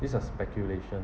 this a speculation